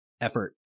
effort